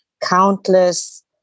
countless